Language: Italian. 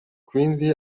quindi